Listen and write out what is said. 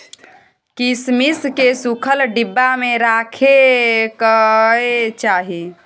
किशमिश केँ सुखल डिब्बा मे राखे कय चाही